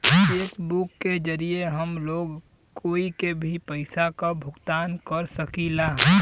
check book के जरिये हम लोग कोई के भी पइसा क भुगतान कर सकीला